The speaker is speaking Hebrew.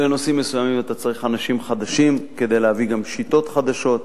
לנושאים מסוימים אתה צריך אנשים חדשים כדי להביא גם שיטות חדשות.